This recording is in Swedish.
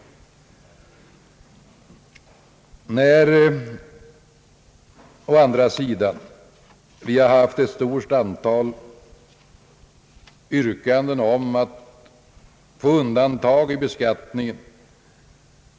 Men vi har å andra sidan också behandlat ett stort antal yrkanden om undantag i beskattningen.